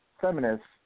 feminists